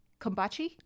Kombachi